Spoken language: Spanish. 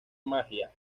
magia